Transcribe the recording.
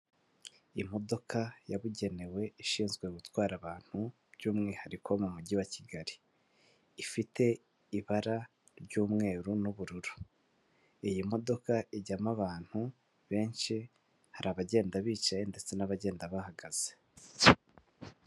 Imodoka yabugenewe ishinzwe gutwara abantu by'umwihariko mu mujyi wa Kigali, ifite ibara ry'umweru n'ubururu. Iyi modoka ijyamo abantu benshi, hari abagenda bicaye ndetse n'abagenda bahagaze.